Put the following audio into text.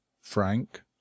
frank